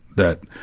that,